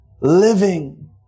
living